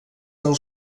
del